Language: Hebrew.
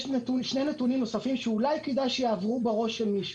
יש שני נתונים נוספים שאולי כדאי שיעברו בראש של מישהו.